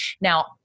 Now